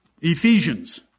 Ephesians